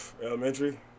elementary